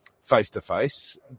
face-to-face